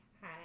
Hi